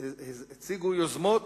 הציגו יוזמות